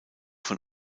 von